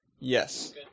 Yes